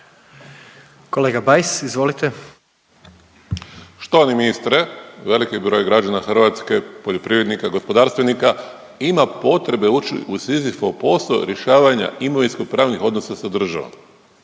**Bajs, Damir (Fokus)** Štovani ministre, veliki broj građana Hrvatske, poljoprivrednika, gospodarstvenika ima potrebe ući u Sizifov posao rješavanja imovinsko-pravnih odnosa sa državom.